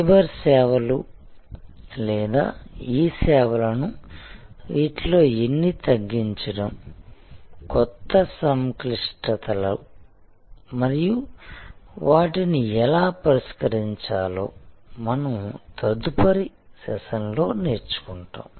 cyber సేవలు లేదా e సేవలను వీటిలో ఎన్ని తగ్గించడం కొత్త సంక్లిష్టతలు మరియు వాటిని ఎలా పరిష్కరించాలో మనం తదుపరి సెషన్లో నేర్చుకుంటాం